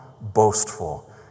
boastful